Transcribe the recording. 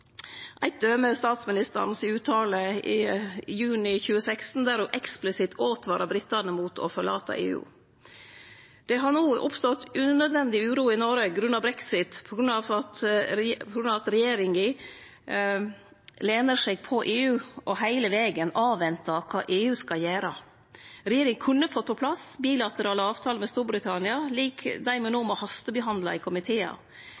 døme er statsministeren si uttale i juni 2016, der ho eksplisitt åtvara britane mot å forlate EU. Det har no oppstått unødvendig uro i Noreg om brexit på grunn av at regjeringa lener seg på EU og heile vegen ventar på kva EU skal gjere. Regjeringa kunne fått på plass bilaterale avtaler med Storbritannia, lik dei me no må hastebehandle i komitear.